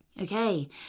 Okay